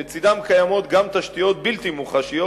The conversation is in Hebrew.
לצדם קיימות גם תשתיות בלתי מוחשיות,